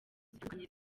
zitandukanye